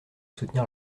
soutenir